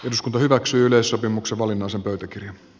usko hyväksyleissopimuksen valinnaisen pöytäkirjan